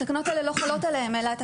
התקנות האלה לא חלות עליהם אלא חלות